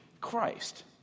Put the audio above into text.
Christ